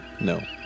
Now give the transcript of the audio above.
No